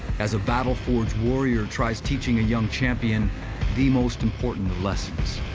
as a battle-forged warrior tries teaching a young champion the most important of lessons